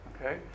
Okay